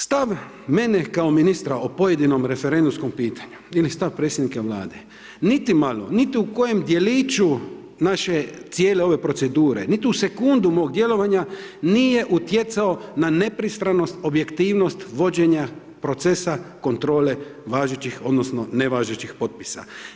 Stav mene kao ministra o pojedinom referendumskom pitanju ili stav predsjednika Vlade, niti malo, niti u kojem djeliću naše cijele ove procedure, niti u sekundu mog djelovanja, nije utjecao na nepristranost, objektivnost vođenja procesa kontrole važećih, odnosno nevažećih potpisa.